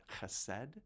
Chesed